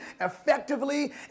effectively